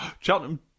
Cheltenham